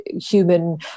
human